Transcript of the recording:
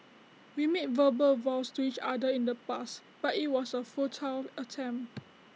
we made verbal vows to each other in the past but IT was A futile attempt